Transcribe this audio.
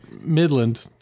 midland